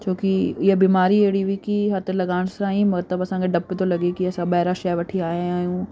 छो की हीअ बीमारी अहिड़ी हुई की हथु लॻाइण सां ई मतिलबु असांखे डपु थो लॻे की असां ॿाहिरां शइ वठी आया आहियूं